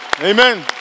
Amen